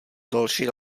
další